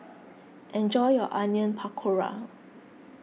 enjoy your Onion Pakora